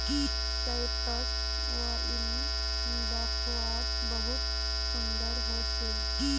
Cyprus wine दाख्वात बहुत सुन्दर होचे